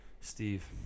steve